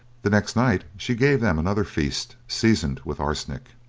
the next night she gave them another feast seasoned with arsenic.